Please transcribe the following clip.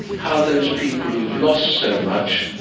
how those people who've lost so much